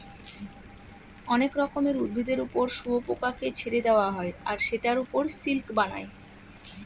অনেক রকমের উদ্ভিদের ওপর শুয়োপোকাকে ছেড়ে দেওয়া হয় আর সেটার ওপর সিল্ক বানায়